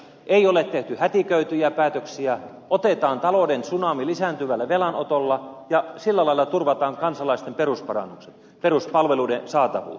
ei ole tehty hätiköityjä päätöksiä otetaan talouden tsunami lisääntyvällä velanotolla ja sillä lailla turvataan kansalaisten peruspalveluiden saatavuus